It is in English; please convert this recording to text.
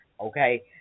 Okay